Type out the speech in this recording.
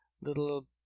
little